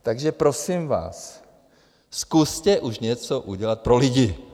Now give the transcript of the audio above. Takže prosím vás, zkuste už něco udělat pro lidi.